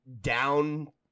down